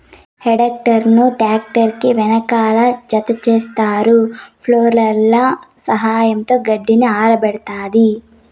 హే tedder ను tractor కి వెనకాల జతచేస్తారు, ఫోర్క్ల సహాయంతో గడ్డిని ఆరబెడతాది